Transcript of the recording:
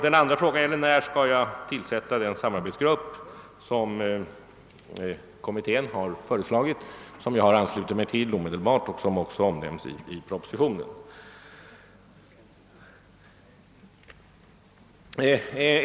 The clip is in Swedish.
Den andra frågan avsåg när jag kommer att tillsätta den samarbetsgrupp som kommittén föreslagit och som jag anslöt mig till omedelbart och som också omnämnes i propositionen.